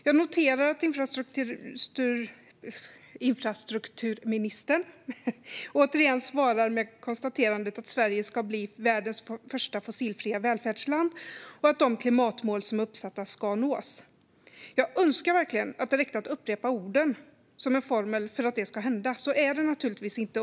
Jag noterar att infrastrukturministern återigen svarar med konstaterandet att Sverige ska bli världens första fossilfria välfärdsland och att de klimatmål som är uppsatta ska nås. Jag önskar verkligen att det räckte att upprepa orden som en formel för att det skulle hända. Så är det naturligtvis inte.